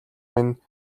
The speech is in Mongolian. минь